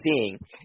seeing